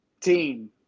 team